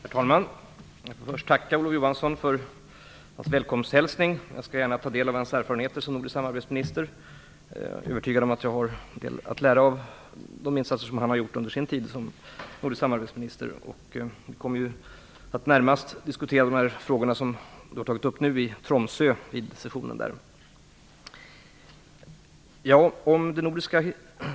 Herr talman! Jag vill först tacka Olof Johansson för hans välkomsthälsning. Jag tar gärna del av hans erfarenheter som nordisk samarbetsminister. Jag är övertygad om att jag har en del att lära av de insatser som han gjort under sin tid som nordisk samarbetsminister. Närmast kommer de frågor som nu tagits upp att diskuteras vid sessionen i Tromsö.